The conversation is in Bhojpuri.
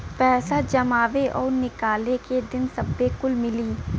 पैसा जमावे और निकाले के दिन सब्बे कुछ मिली